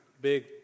big